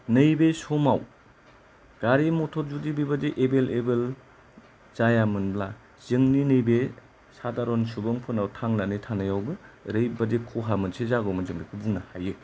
नैबे समाव गारि मटर जुदि बेबादि एबेलेबोल जायामोनब्ला जोंनि नैबे सादारन सुबुंफोरनाव थांनानै थानायावबो ओरैबादि खहा मोनसे जागौमोन जों बेखौ बुंनो हायो